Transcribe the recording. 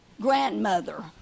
grandmother